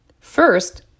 First